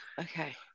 Okay